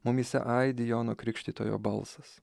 mumyse aidi jono krikštytojo balsas